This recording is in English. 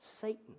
Satan